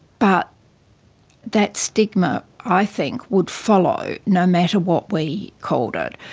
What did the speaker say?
but that stigma i think would follow, no matter what we called it.